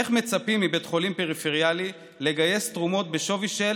איך מצפים מבית חולים פריפריאלי לגייס תרומות בשווי של